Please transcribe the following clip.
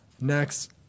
Next